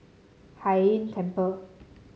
Hai Inn Temple